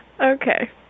okay